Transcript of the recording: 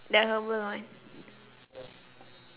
the herbal one